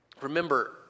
remember